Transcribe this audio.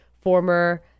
former